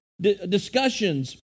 discussions